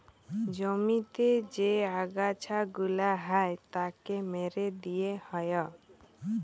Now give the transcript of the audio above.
জমিতে যে আগাছা গুলা হ্যয় তাকে মেরে দিয়ে হ্য়য়